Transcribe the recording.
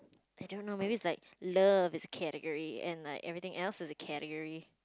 I don't know maybe it's like love is a category and like everything else is a category